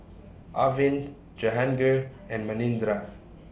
Arvind Jehangirr and Manindra